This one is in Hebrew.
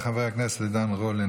חבר הכנסת עידן רול,